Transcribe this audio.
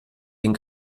den